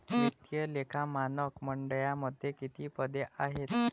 वित्तीय लेखा मानक मंडळामध्ये किती पदे आहेत?